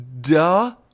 Duh